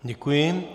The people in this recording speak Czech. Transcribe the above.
Děkuji.